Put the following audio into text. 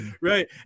right